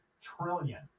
trillion